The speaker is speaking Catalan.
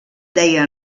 deia